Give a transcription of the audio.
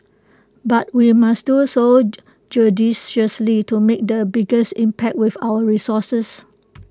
but we must do so judiciously to make the biggest impact with our resources